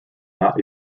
not